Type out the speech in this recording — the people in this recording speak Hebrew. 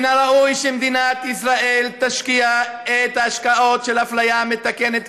מן הראוי שמדינת ישראל תשקיע את ההשקעות של אפליה מתקנת,